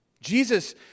Jesus